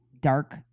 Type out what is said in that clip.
dark